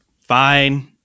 fine